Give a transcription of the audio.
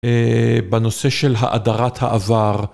אהה, בנושא של האדרת העבר.